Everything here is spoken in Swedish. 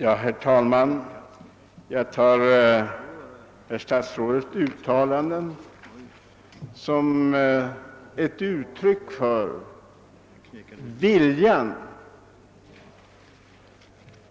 Herr talman! Jag tar herr statsrådets uttalanden som ett uttryck för den vilja